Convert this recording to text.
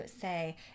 say